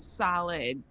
solid